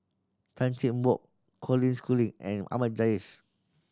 Tan Cheng Bock Colin Schooling and Ahmad Jais